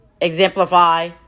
exemplify